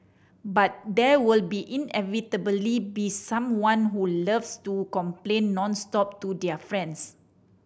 but there will be inevitably be someone who loves to complain nonstop to their friends